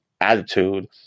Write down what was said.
attitude